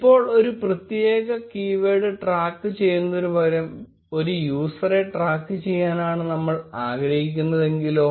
ഇപ്പോൾ ഒരു പ്രത്യേക കീവേഡ് ട്രാക്കുചെയ്യുന്നതിനുപകരം ഒരു യൂസറെ ട്രാക്കുചെയ്യാൻ ആണ് നമ്മൾ ആഗ്രഹിക്കുന്നുവെങ്കിലോ